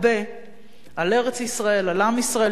על ארץ-ישראל, על עם ישראל, תורת ישראל,